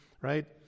right